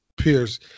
Pierce